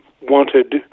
wanted